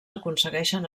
aconsegueixen